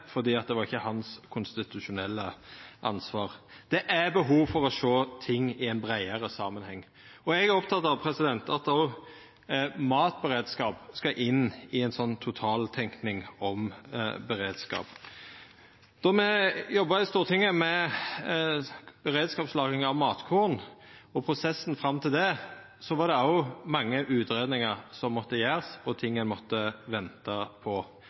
fordi det ikkje var hans konstitusjonelle ansvar. Det er behov for å sjå ting i ein breiare samanheng. Eg er oppteken av at òg matberedskap skal inn i ei slik totaltenking om beredskap. Då me jobba i Stortinget med beredskapslagring av matkorn, i prosessen fram til det, var det òg mange utgreiingar som måtte gjerast, og ting ein måtte venta på.